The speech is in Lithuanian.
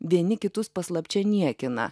vieni kitus paslapčia niekina